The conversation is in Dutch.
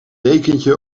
dekentje